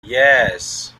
yes